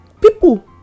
people